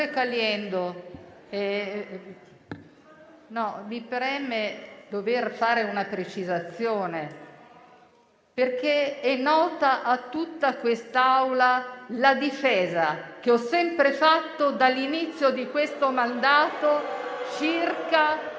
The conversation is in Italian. Caliendo, mi preme fare una precisazione, perché è nota a tutta quest'Assemblea la difesa che ho sempre fatto, dall'inizio di questo mandato, della